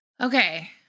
Okay